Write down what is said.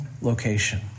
location